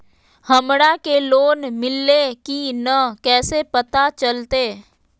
हमरा के लोन मिल्ले की न कैसे पता चलते?